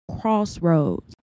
crossroads